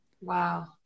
Wow